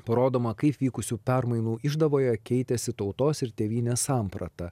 parodoma kaip vykusių permainų išdavoje keitėsi tautos ir tėvynės samprata